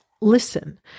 listen